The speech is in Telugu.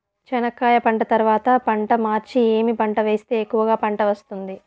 చెనక్కాయ పంట తర్వాత పంట మార్చి ఏమి పంట వేస్తే ఎక్కువగా పంట వస్తుంది?